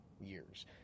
years